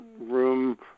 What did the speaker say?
room